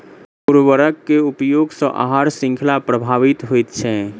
उर्वरक के उपयोग सॅ आहार शृंखला प्रभावित होइत छै